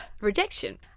rejection